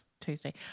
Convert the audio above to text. Tuesday